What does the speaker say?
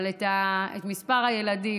אבל גם את מספר הילדים.